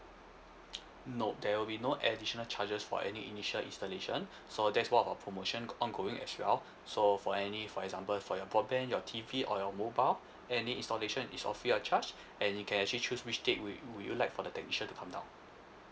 no there will be no additional charges for any initial installation so that's one of our promotion ongoing as well so for any for example for your broadband your T_V or your mobile any installation it's all free of charge and you can actually choose which date wou~ would you like for the technician to come down